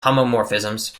homomorphisms